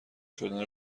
شدن